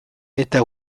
eta